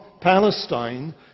Palestine